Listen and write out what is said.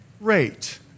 rate